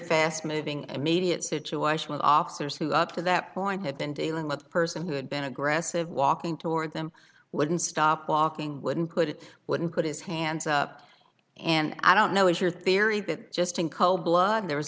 fast moving and immediate situation with officers who up to that point had been dealing with a person who had been aggressive walking toward them wouldn't stop walking wouldn't couldn't wouldn't put his hands up and i don't know if your theory that just in cold blood there was